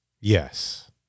yes